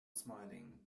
smiling